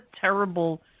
terrible